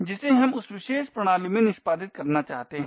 जिसे हम उस विशेष प्रणाली में निष्पादित करना चाहते हैं